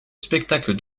spectacles